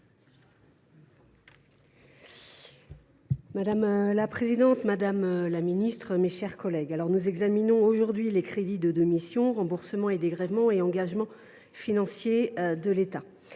Madame la présidente, madame la ministre, mes chers collègues, nous examinons aujourd’hui les crédits des missions « Remboursements et dégrèvements » et « Engagements financiers de l’État